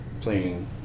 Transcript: playing